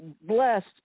blessed